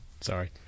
Sorry